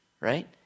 right